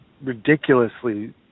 ridiculously